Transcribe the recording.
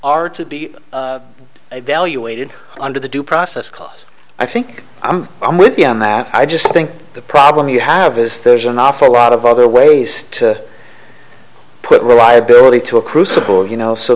are to be evaluated under the due process cause i think i'm i'm with you on that i just think the problem you have is there's an awful lot of other ways to put reliability to a crucible you know so